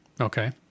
Okay